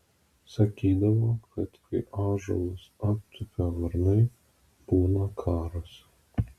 sakydavo kad kai ąžuolus aptupia varnai būna karas